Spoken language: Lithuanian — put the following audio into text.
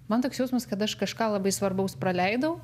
man toks jausmas kad aš kažką labai svarbaus praleidau